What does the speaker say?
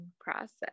process